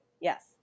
yes